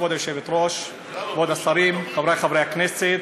כבוד היושבת-ראש, כבוד השרים, חברי חברי הכנסת,